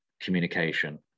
communication